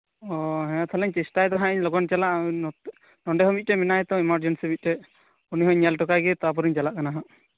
ᱚ ᱦᱮᱸ ᱛᱟᱦᱞᱮ ᱪᱮᱥᱴᱟᱭ ᱫᱟᱜ ᱦᱟᱜ ᱞᱚᱜᱚᱱ ᱪᱟᱞᱟᱜ ᱱᱚᱰᱮ ᱦᱚᱸ ᱢᱤᱫᱴᱮᱡ ᱢᱮᱱᱟᱭᱟᱛᱚ ᱮᱢᱟᱨᱡᱮᱱᱥᱤ ᱢᱤᱫᱴᱮᱡ ᱩᱱᱤ ᱦᱟᱜ ᱤᱧ ᱧᱮᱞ ᱦᱚᱴᱚ ᱠᱟᱭᱜᱮ ᱛᱟᱨᱯᱚᱨᱤᱧ ᱪᱟᱞᱟᱜ ᱠᱟᱱᱟ ᱦᱟᱜ